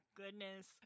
goodness